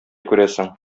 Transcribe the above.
күрәсең